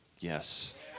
Yes